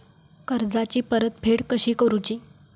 कर्जाची परतफेड कशी करूची?